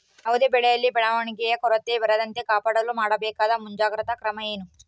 ಯಾವುದೇ ಬೆಳೆಯಲ್ಲಿ ಬೆಳವಣಿಗೆಯ ಕೊರತೆ ಬರದಂತೆ ಕಾಪಾಡಲು ಮಾಡಬೇಕಾದ ಮುಂಜಾಗ್ರತಾ ಕ್ರಮ ಏನು?